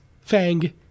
Fang